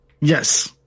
Yes